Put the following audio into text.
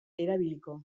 erabiliko